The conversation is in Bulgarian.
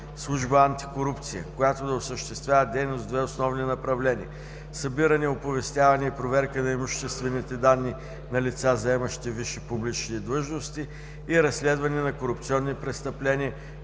служба „Антикорупция“, която да осъществява дейност в две основни направления: събиране, оповестяване и проверка на имуществените декларации на лица, заемащи висши публични длъжности, и разследване на корупционни престъпления,